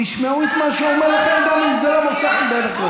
תשמעו את מה שהוא אומר לכם גם אם זה לא מוצא חן בעיניכם.